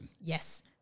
Yes